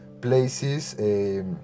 places